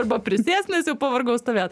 arba prisėst nes jau pavargau stovėt